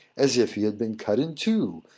as if he had been cut in two,